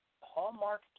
Hallmark